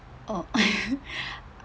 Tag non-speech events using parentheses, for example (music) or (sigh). oh (laughs)